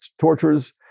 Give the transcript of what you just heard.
tortures